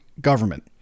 government